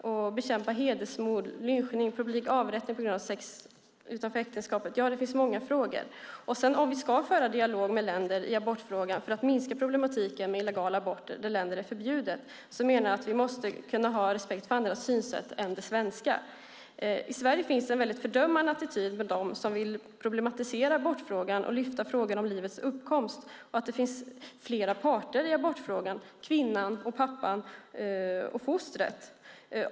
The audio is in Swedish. Vi måste bekämpa hedersmord, lynchning och publik avrättning på grund av sex utanför äktenskapet. Det finns många frågor. Om vi ska föra dialog med länder i abortfrågan, för att minska problemet med illegala aborter i länder där abort är förbjudet, menar jag att vi måste kunna ha respekt för andra synsätt än det svenska. I Sverige finns en fördömande attityd mot dem som vill problematisera abortfrågan och lyfta fram frågan om livets uppkomst. Dessutom finns det flera parter i abortfrågan - kvinnan, pappan och fostret.